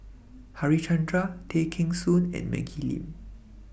Harichandra Tay Kheng Soon and Maggie Lim